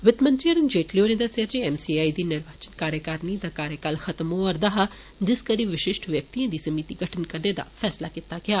वित्त मंत्री अरुण जेटली होरे दस्सेआ जे एम सी आई दी निर्वाचित कार्यकारिणी दा कार्यकाल खत्म होआ'रदा हा जिस करी विषिश्ठ व्यक्तिएं दी समिति गठित करने दा फैसला कीता गेआ